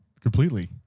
completely